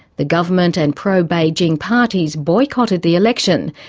the government and pro-beijing parties boycotted the election,